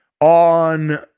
on